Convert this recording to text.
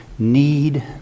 need